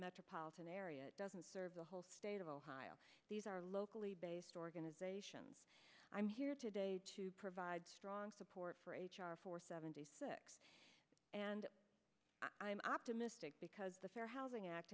metropolitan area doesn't serve the whole state of ohio these are locally based organizations i'm here today to provide strong support for h r four seventy six and i'm optimistic because the fair housing act